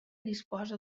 disposa